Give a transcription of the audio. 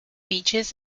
beaches